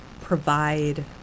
provide